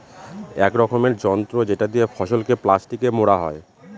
এক রকমের যন্ত্র যেটা দিয়ে ফসলকে প্লাস্টিকে মোড়া হয়